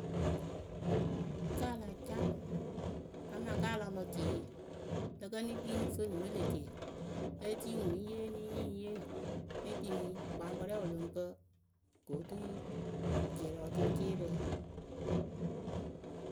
Ka la caa amaa ka ala lɔ tiee lǝ kǝ nɨ kpii nɨ fɨ nɨ mɨ lë tie e tii ŋwɨ eyee eni nyɨŋ yee nɨ tyini wɨkpaŋkpǝ rɛ wɨ lɨŋ pǝ ko oturu dielɔceeceerǝ.